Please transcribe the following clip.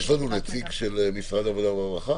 יש נציג של משרד הרווחה?